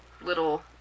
little